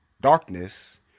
darkness